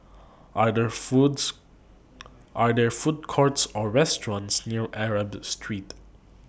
Are There Foods Are There Food Courts Or restaurants near Arab Street